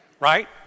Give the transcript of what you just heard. Right